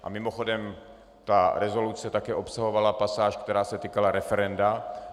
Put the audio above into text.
A mimochodem, ta rezoluce také obsahovala pasáž, která se týkala referenda.